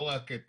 לא רק את